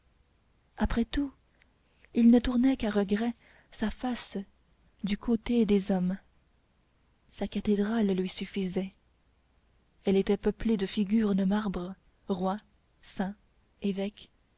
après tout il ne tournait qu'à regret sa face du côté des hommes sa cathédrale lui suffisait elle était peuplée de figures de marbre rois saints évêques